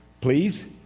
Please